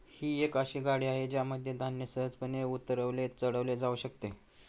ही एक अशी गाडी आहे ज्यामध्ये धान्य सहजपणे उतरवले चढवले जाऊ शकते